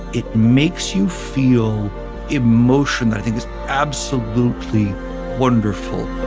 it makes you feel emotion. i think it's absolutely wonderful